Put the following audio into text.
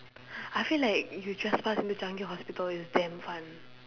I feel like you trespass into Changi Hospital is damn fun